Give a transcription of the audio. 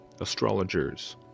astrologers